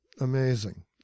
Amazing